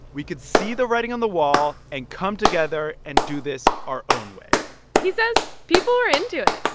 we could see the writing on the wall and come together and do this our own way he says people were into it.